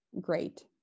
great